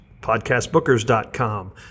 podcastbookers.com